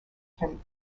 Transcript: him